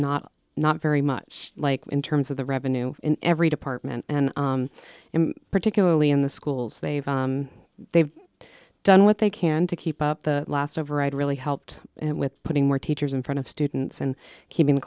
not not very much like in terms of the revenue in every department and particularly in the schools they've they've done what they can to keep up the last override really helped and with putting more teachers in front of students and keeping the